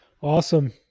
Awesome